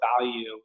value